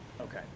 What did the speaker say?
Okay